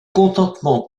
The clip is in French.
contentement